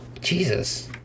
Jesus